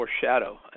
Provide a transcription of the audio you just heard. foreshadow